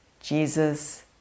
Jesus